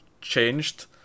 changed